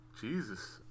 Jesus